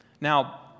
Now